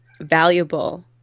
valuable